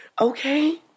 Okay